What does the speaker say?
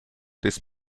des